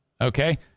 Okay